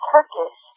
Turkish